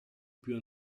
più